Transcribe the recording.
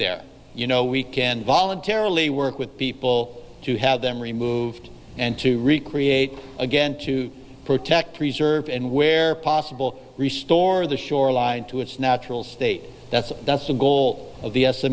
there you know we can voluntarily work with people to have them removed and to recreate again to protect preserve and where possible re store the shoreline to its natural state that's that's the goal of